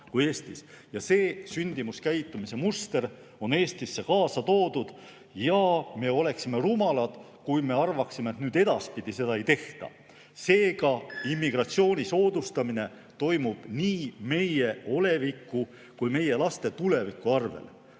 ja see sündimuskäitumise muster on Eestisse kaasa toodud. Me oleksime rumalad, kui arvaksime, et edaspidi seda ei sünni. Seega, immigratsiooni soodustamine toimub nii meie oleviku kui meie laste tuleviku arvel.